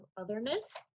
otherness